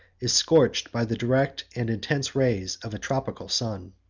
is scorched by the direct and intense rays of a tropical sun.